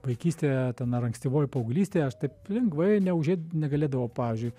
vaikystėje ten ar ankstyvoj paauglystėj aš taip lengvai neužei negalėdavau pavyzdžiui